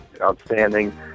outstanding